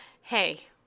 Hey